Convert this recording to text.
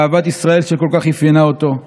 באהבת ישראל שכל כך אפיינה אותו,